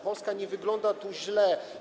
Polska nie wygląda tu źle.